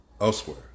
elsewhere